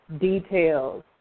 details